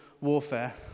warfare